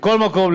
מכל מקום,